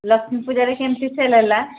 ଲକ୍ଷ୍ମୀ ପୂଜାରେ କେମିତି ସେଲ୍ ହେଲା